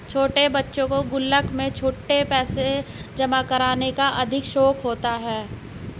छोटे बच्चों को गुल्लक में छुट्टे पैसे जमा करने का अधिक शौक होता है